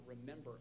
remember